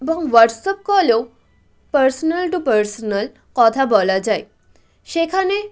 এবং হোয়াটসঅ্যাপ কলেও personal to personal কথা বলা যায় সেখানে